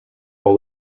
all